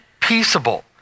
peaceable